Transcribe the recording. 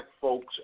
folks